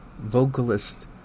vocalist